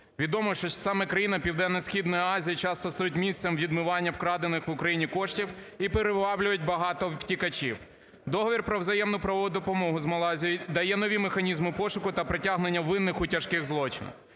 Відомо, що саме країни Південно-Східної Азії часто стають місцем відмивання вкрадених в Україні коштів і приваблюють багато втікачів. Договір про взаємну правову допомогу з Малайзією дає нові механізми пошуку та притягнення винних у тяжких злочинах.